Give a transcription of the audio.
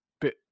bit